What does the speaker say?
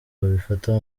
abifata